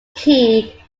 key